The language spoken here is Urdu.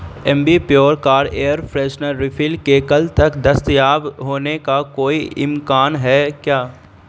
Ambi Pur car air freshener refill کے کل تک دستیاب ہونے کا کوئی امکان ہے کیا